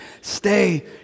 Stay